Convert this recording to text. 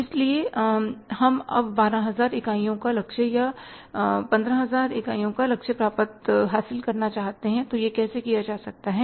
इसलिए हम अब 12000 इकाई का लक्ष्य या 15000 इकाई का लक्ष्य हासिल करना चाहते हैं तो यह कैसे किया जा सकता है